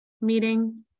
meeting